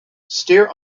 steer